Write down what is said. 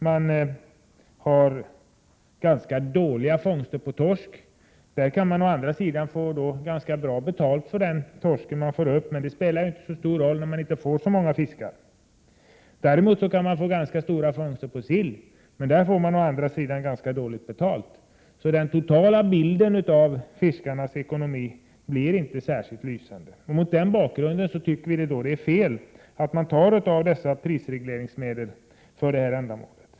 Man har ganska dåliga fångster av torsk. Å andra sidan kan man då få ganska bra betalt för den torsk man får upp, men det spelar inte så stor roll när man inte får så många fiskar. Däremot kan man få ganska stora fångster av sill, men där får man å andra sidan ganska dåligt betalt. Den totala bilden av fiskarnas ekonomi blir inte särskilt lysande. Mot den bakgrunden tycker vi att det är fel att man tar av dessa prisregleringsmedel för detta ändamål.